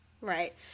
Right